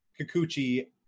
Kikuchi